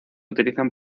utilizan